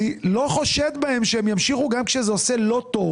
אני לא חושד בהם שהם ימשיכו גם כשזה לא טוב.